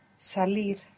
salir